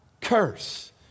curse